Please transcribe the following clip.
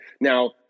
Now